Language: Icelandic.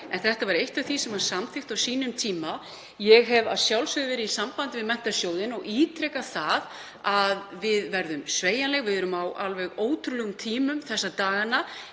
En þetta var eitt af því sem var samþykkt á sínum tíma. Ég hef að sjálfsögðu verið í sambandi við Menntasjóðinn og ítreka það að við verðum sveigjanleg. Við erum á alveg ótrúlegum tímum þessa dagana.